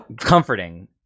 comforting